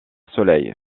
soleil